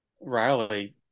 Riley